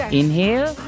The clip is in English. Inhale